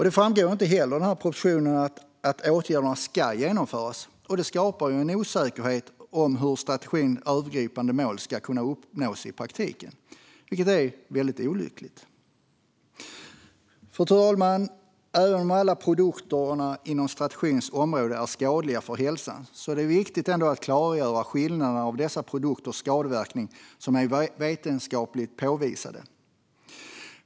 Det framgår inte heller av propositionen att åtgärderna ska genomföras, och det skapar en osäkerhet om hur strategins övergripande mål ska kunna uppnås i praktiken, vilket är väldigt olyckligt. Fru talman! Även om alla produkter inom strategins område är skadliga för hälsan är det ändå viktigt att klargöra de skillnader när det gäller dessa produkters skadeverkningar som är vetenskapligt påvisade.